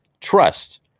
trust